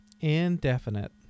Indefinite